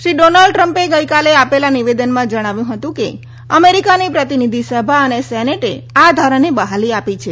Shri Donald ટ્રમ્પે ગઈકાલે આપેલા નિવેદનમાં જણાવ્યું હતું કે અમેરિકાની પ્રતિનિધિ સભા અને સેનેટે આ ધારાને બહાલી આપી છે